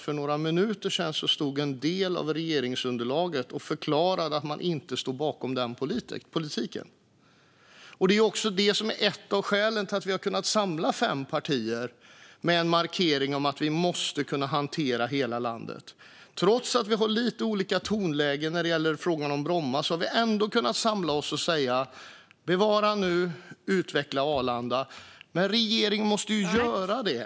För några minuter sedan stod en del av regeringsunderlaget och förklarade att man inte står bakom den politiken. Detta är också ett av skälen till att vi har kunnat samla fem partier kring en markering om att vi måste kunna hantera hela landet. Trots att vi har lite olika tonläge när det gäller frågan om Bromma har vi ändå kunnat samla oss och säga: Bevara och utveckla Arlanda. Men regeringen måste göra det!